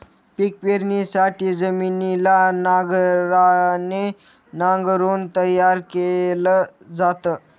पिक पेरणीसाठी जमिनीला नांगराने नांगरून तयार केल जात